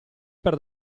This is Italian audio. per